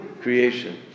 creation